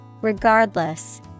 Regardless